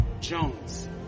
Jones